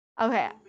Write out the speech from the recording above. Okay